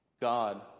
God